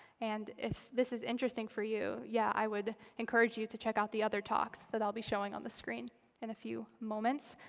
and if this is interesting for you, yeah, i would encourage you to check out the other talks that i'll be showing on the screen in a few moments.